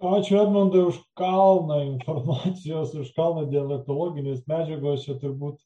ačiū edmundui už kalną informacijos už kalną dialektologinės medžiagos čia turbūt